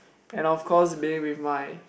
and of course being with my